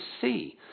see